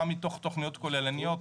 מה מתוך תוכניות כוללניות,